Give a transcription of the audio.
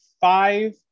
five